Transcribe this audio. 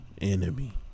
enemy